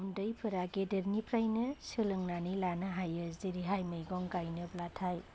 उन्दैफोरा गेदेर निफ्राइनो सोलोंनानै लानो हायो जेरैहाय मैगं गायनोब्लाथाय